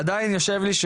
עדיין יושב לי,